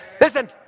Listen